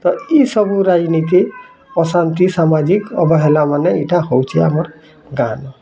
ତ ଇ ସବୁ ରାଜନୀତି ଅଶାନ୍ତି ସାମାଜିକ୍ ଅବହେଲାମାନେ ଏଇଟା ହଉଛି ଆମର୍ ଗାଁ ନୁ